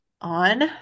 on